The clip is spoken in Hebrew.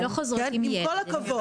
עם כל הכבוד,